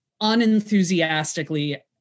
unenthusiastically